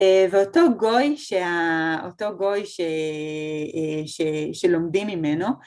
ואותו גוי שלומדים ממנו